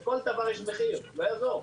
לכול דבר יש מחיר, זה לא יעזור.